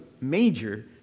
major